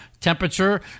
temperature